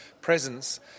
presence